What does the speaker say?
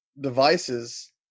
devices